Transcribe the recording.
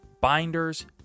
binders